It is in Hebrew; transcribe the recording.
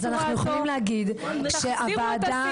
אז אנחנו יכולים להגיד שהוועדה תנסח --- תחזירו